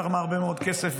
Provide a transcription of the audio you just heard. שתרמה הרבה מאוד כסף,